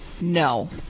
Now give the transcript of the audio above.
no